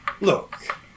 Look